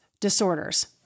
disorders